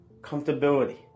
comfortability